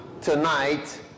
tonight